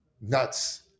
nuts